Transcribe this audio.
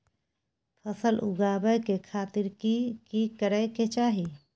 फसल उगाबै के खातिर की की करै के चाही?